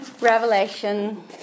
Revelation